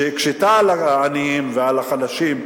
שהקשתה על העניים ועל החלשים,